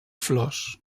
flors